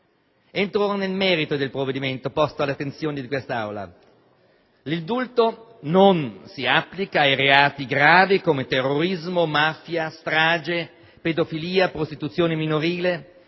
Entro ora nel merito del provvedimento posto all'attenzione di quest'Aula. L'indulto non si applica ai reati gravi come terrorismo, mafia, strage, pedofilia, prostituzione minorile,